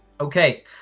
Okay